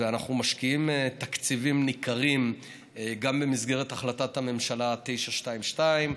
אנחנו משקיעים תקציבים ניכרים גם במסגרת החלטת הממשלה 922,